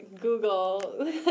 Google